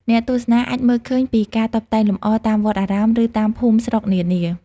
អ្នកទស្សនាអាចមើលឃើញពីការតុបតែងលម្អតាមវត្តអារាម ឬតាមភូមិស្រុកនានា។